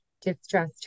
distress